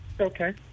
Okay